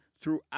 throughout